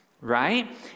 right